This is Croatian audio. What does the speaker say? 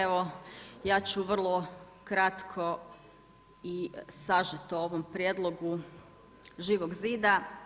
Evo ja ću vrlo kratko i sažeto o ovom prijedlogu Živog zida.